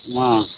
ಆಂ